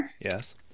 Yes